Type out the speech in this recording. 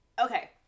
Okay